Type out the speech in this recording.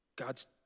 God's